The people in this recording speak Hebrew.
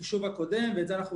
אכן סגר חסכוני, נאמר זאת כך.